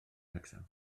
wrecsam